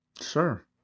Sure